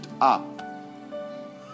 up